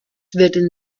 werden